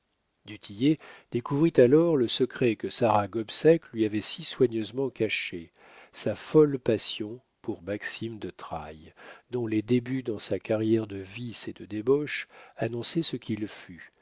découvrit alors le secret que sarah gobseck lui avait si soigneusement caché sa folle passion pour maxime de trailles dont les débuts dans sa carrière de vices et de débauche annonçaient ce qu'il